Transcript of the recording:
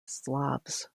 slavs